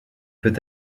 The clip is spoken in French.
peut